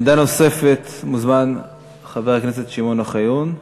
לעמדה נוספת מוזמן חבר הכנסת שמעון אוחיון,